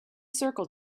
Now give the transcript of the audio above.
circle